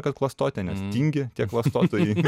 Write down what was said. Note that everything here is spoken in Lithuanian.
kad klastotė nes tingi tie klastotojai